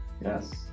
Yes